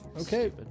Okay